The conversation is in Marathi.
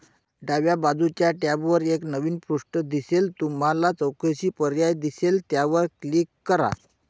डाव्या बाजूच्या टॅबवर एक नवीन पृष्ठ दिसेल तुम्हाला चौकशी पर्याय दिसेल त्यावर क्लिक करा